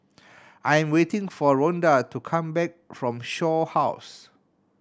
I'm waiting for Rhonda to come back from Shaw House